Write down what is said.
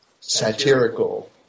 satirical